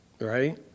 Right